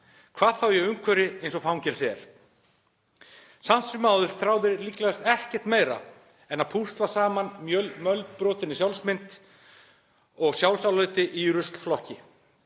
hvað þá í umhverfi eins og fangelsi er. Samt sem áður þrá þeir líklegast ekkert meira en að púsla saman mölbrotinni sjálfsmynd og sjálfsáliti í ruslflokki.